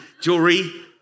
Jewelry